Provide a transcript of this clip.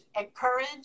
encourage